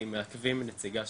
כן, יצחק.